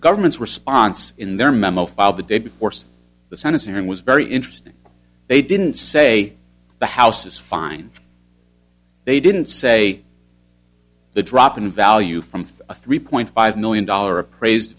government's response in their memo filed the day before the senate hearing was very interesting they didn't say the house is fine they didn't say the drop in value from a three point five million dollar appraised